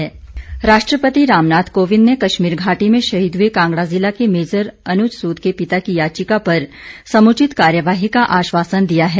राष्ट्रपति आश्वासन राष्ट्रपति रामनाथ कोविंद ने कश्मीर घाटी में शहीद हुए कांगड़ा जिला के मेजर अनुज सूद के पिता की याचिका पर समुचित कार्यवाही का आश्वासन दिया है